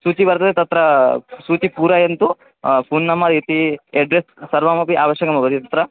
सूची वर्तते तत्र सूचीं पूरयन्तु फ़ोन् नम्बर् इति एड्रेस् सर्वमपि आवश्यकं भवति तत्र